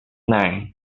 night